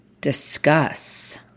discuss